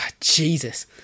Jesus